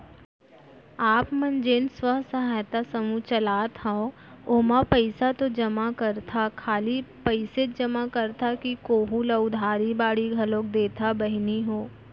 आप मन जेन स्व सहायता समूह चलात हंव ओमा पइसा तो जमा करथा खाली पइसेच जमा करथा कि कोहूँ ल उधारी बाड़ी घलोक देथा बहिनी हो?